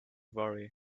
worry